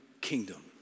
kingdom